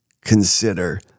consider